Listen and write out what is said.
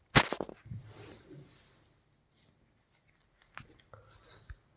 ಹೊಲಕ್ಕ ನೇರ ಸಿಗಲಾರದ ಬೆಳಿ ಚಂದ ಬರಂಗಿಲ್ಲಾ ನಾಕೈದ ವರಸದ ಹಿಂದ ಬರಗಾಲ ಬಿದ್ದಿತ್ತ